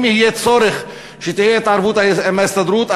אם יהיה צורך, שתהיה התערבות עם ההסתדרות.